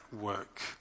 work